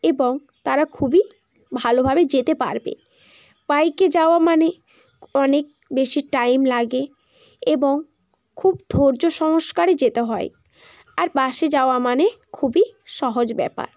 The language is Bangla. এবং তারা খুবই ভালোভাবে যেতে পারবে বাইকে যাওয়া মানে অনেক বেশি টাইম লাগে এবং খুব ধৈর্য সংস্কারে যেতে হয় আর বাসে যাওয়া মানে খুবই সহজ ব্যাপার